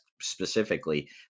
specifically